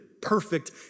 perfect